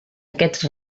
aquests